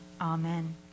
amen